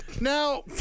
Now